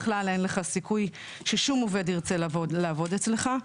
בכלל אין לך סיכוי שיהיה עובד שירצה לבוא לעבוד אצלך.